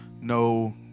No